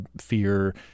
fear